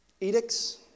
Edicts